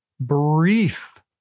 brief